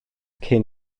cyn